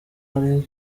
hari